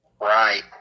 Right